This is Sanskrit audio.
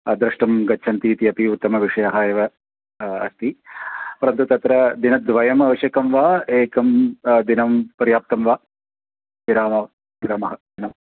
द्रष्टुं गच्छन्ति इति अपि उत्तमविषयः एव अस्ति परन्तु तत्र दिनद्वयम् आवश्यकं वा एकं दिनं पर्याप्तं वा विराम विरामः